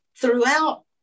throughout